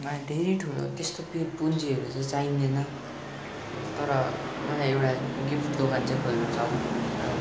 मलाई धेरै ठुलो त्यस्तो पि पुन्जीहरू चाहिँ चाहिँदैन तर मलाई एउटा गिफ्ट दोकान चाहिँ खोल्नु छ